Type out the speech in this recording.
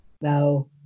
Now